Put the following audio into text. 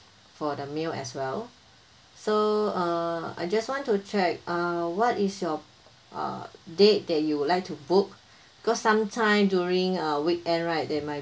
for the meal as well so uh I just want to check uh what is your uh date that you would like to book cause some time during uh weekend right there might